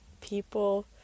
people